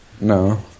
No